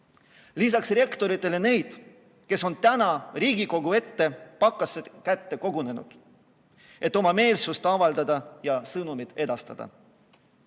Lisaks rektoritele kuulaks neid, kes on täna Riigikogu ette pakase kätte kogunenud, et oma meelsust avaldada ja sõnumit edastada.